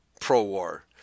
pro-war